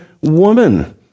woman